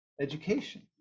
education